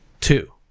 two